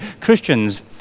Christians